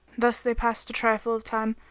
thus they passed a trifle of time,